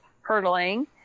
hurdling